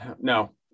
No